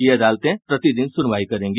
ये अदालतें प्रति दिन सुनवाई करेगी